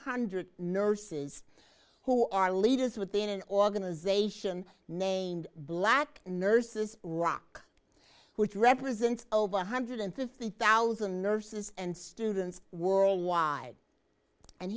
hundred nurses who are leaders within an organization named black nurses rock which represents over one hundred and fifty thousand nurses and students worldwide and